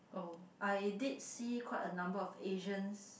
oh I did see quite a number of Asians